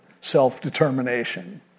self-determination